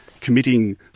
committing